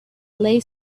lay